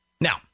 Now